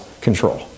control